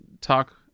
talk